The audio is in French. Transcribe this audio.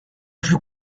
plus